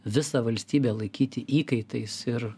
visą valstybę laikyti įkaitais ir